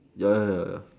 ya